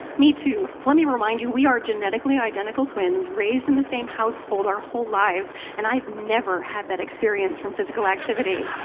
me too. let me remind you, we are genetically-identical twins raised in the same household our whole lives, and i have never had that experience from physical activity.